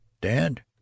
Dad